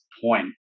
point